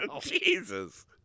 Jesus